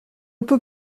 peux